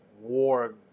war